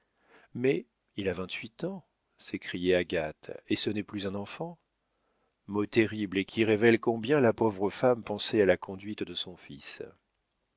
mais il a vingt-huit ans s'écriait agathe et ce n'est plus un enfant mot terrible et qui révèle combien la pauvre femme pensait à la conduite de son fils